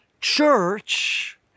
church